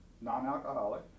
non-alcoholic